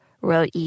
wrote